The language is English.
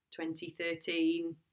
2013